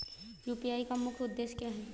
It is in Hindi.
यू.पी.आई का मुख्य उद्देश्य क्या है?